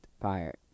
fire